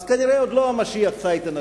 אז כנראה עוד לא "משיח צייטן",